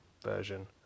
version